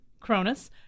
cronus